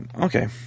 Okay